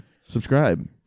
subscribe